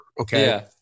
okay